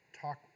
talk